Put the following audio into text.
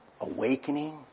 awakening